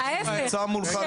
אם תיתנו לנו להוציא את המשלוחים